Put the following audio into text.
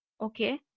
Okay